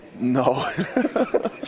No